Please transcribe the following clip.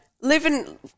Living